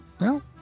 No